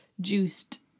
juiced